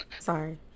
sorry